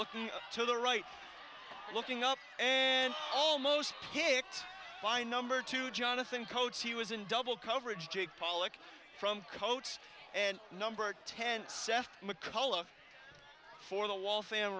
looking to the right looking up and almost hit by number two jonathan codes he was in double coverage take pollock from coach and number ten mcauliffe for the wall fan